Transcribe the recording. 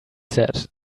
said